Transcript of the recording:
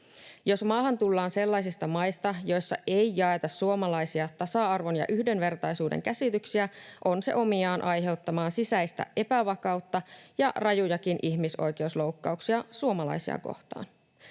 Jos maahan tullaan sellaisista maista, joissa ei jaeta suomalaisia tasa-arvon ja yhdenvertaisuuden käsityksiä, on se omiaan aiheuttamaan sisäistä epävakautta ja rajujakin ihmisoikeusloukkauksia suomalaisia kohtaan.